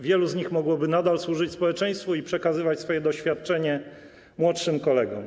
Wielu z nich mogłoby nadal służyć społeczeństwu i przekazywać swoje doświadczenie młodszym kolegom.